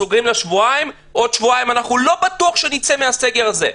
אתם אומרים: סוגרים לשבועיים ולא בטוח שבעוד שבועיים נצא מהסגר הזה.